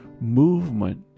Movement